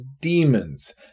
demons